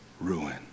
ruin